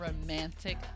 romantic